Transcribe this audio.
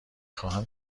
خواهم